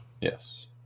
Yes